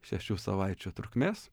šešių savaičių trukmės